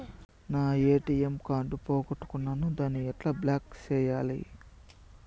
నా ATM card పోగొట్టుకున్నాను, దాన్ని ఎట్లా బ్లాక్ సేయాలి?